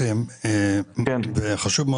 משרד הפנים